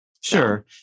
Sure